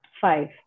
Five